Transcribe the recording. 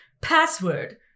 Password